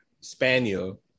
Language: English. Spaniel